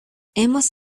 hemos